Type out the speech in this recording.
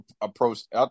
approached